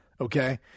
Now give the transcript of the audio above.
okay